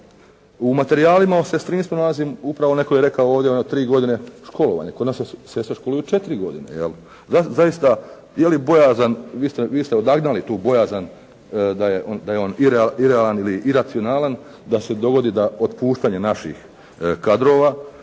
U materijalima o sestrinstvu nalazim upravo netko je rekao ovdje, tri godine školovanja. Kod nas se sestre školuju četiri godine jel'. Zaista dijelim bojazan, vi ste odagnali tu bojazan da je on iraealan ili iracionalan, da se dovodi da otpuštanje naših kadrova,